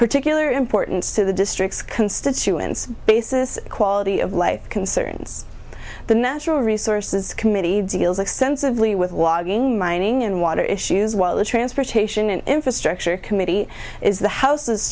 particular importance to the district's constituents basis quality of life concerns the natural resources committee deals extensively with logging mining and water issues while the transportation and infrastructure committee is the house